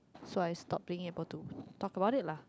so I stop being able to talk about it lah